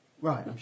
Right